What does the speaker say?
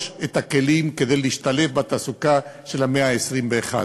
את הכלים להשתלב בתעסוקה של המאה ה-21.